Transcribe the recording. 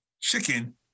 chicken